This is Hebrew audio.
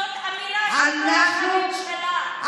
זאת אמירה של ראש הממשלה,